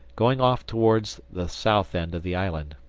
going off towards the south end of the island.